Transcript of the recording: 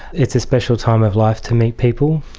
it's a special time of life to meet people.